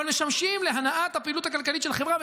אבל משמשים להנעת הפעילות הכלכלית של החברה,